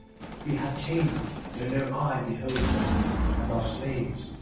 we have chains, though no eye beholds them and are slaves,